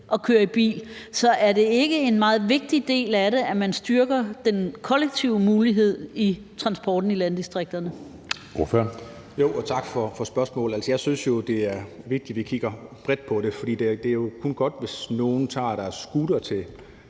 at køre i bil. Så er det ikke en meget vigtig del af det, at man styrker den kollektive mulighed for transport i landdistrikterne?